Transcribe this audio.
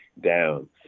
down